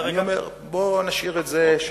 אני אומר, בוא נשאיר את זה,